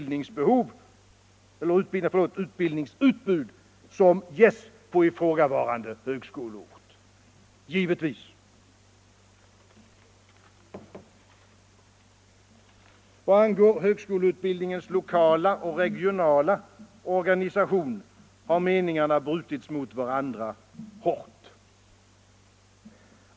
Det har också varit uppe i utbildningsutskottet. Vad beträffar högskoleutbildningens lokala och regionala organisation har meningarna hårt brutits mot varandra.